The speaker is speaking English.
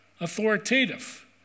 authoritative